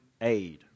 aid